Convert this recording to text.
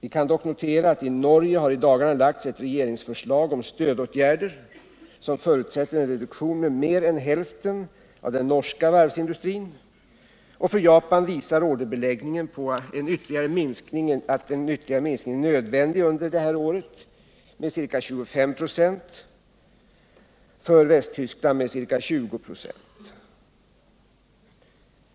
I Norge har dock i dagarna lagts ett regeringsförslag om stödåtgärder som förutsätter en reduktion med mer än hälften av den norska varvsindustrin. Och orderbeläggningen visar för Japan på att en ytterligare minskning är nödvändig under det här året med ca 25 76, för Västtyskland med ca 20 96.